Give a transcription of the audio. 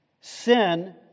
Sin